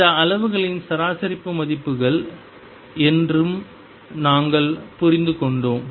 இந்த அளவுகளின் சராசரி மதிப்புகள் என்றும் நாங்கள் புரிந்துகொண்டோம்